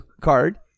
card